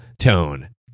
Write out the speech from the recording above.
tone